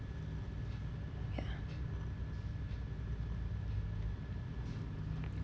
ya